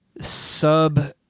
sub